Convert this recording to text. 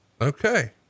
Okay